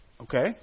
Okay